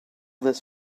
this